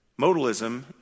Modalism